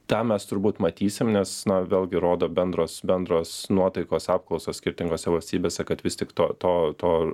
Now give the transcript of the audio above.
tą mes turbūt matysim nes na vėlgi rodo bendros bendros nuotaikos apklausos skirtingose valstybėse kad vis tik to to to